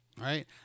right